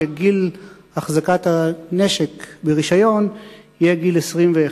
שגיל החזקת הנשק ברשיון יהיה גיל 21,